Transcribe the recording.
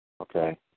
Okay